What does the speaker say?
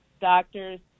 doctors